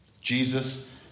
Jesus